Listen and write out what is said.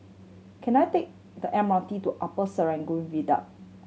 can I take the M R T to Upper Serangoon Viaduct